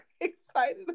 excited